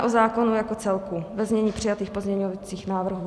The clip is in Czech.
O zákonu jako celku, ve znění přijatých pozměňovacích návrhů.